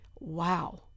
wow